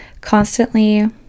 constantly